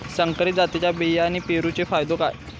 संकरित जातींच्यो बियाणी पेरूचो फायदो काय?